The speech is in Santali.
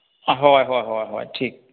ᱦᱚᱭ ᱦᱚᱭ ᱦᱚᱭ ᱴᱷᱤᱠ